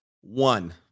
One